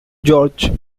george